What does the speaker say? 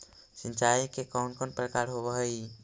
सिंचाई के कौन कौन प्रकार होव हइ?